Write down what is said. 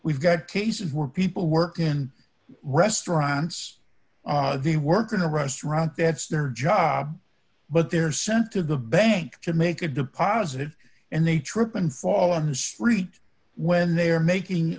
we've got cases where people work in restaurants they worked in a restaurant that's their job but they're sent to the bank to make a deposit and they trip and fall on the street when they're making